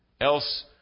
Else